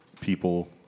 people